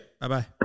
Bye-bye